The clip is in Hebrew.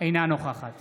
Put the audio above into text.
אינה נוכחת